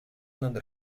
над